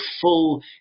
full